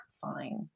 fine